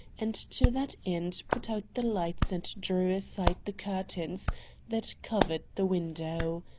and to that end put out the lights and drew aside the curtains that covered the window.